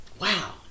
wow